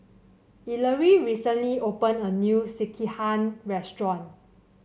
Ellery recently opened a new Sekihan Restaurant